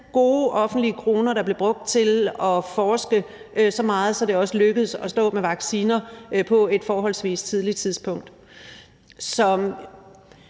gode offentlige kroner, der blev brugt til at forske så meget, at det også lykkedes at stå med vacciner på et forholdsvis tidligt tidspunkt.